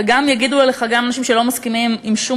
וגם יגידו עליך אנשים שלא מסכימים עם שום